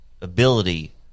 ability